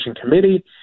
committee